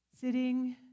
Sitting